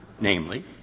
namely